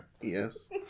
Yes